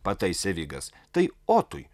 pataisė vigas tai otui